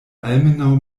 almenaŭ